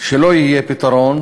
שלא יהיה פתרון